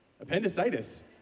Appendicitis